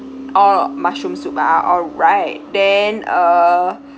all mushroom soup ah alright then uh